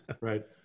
right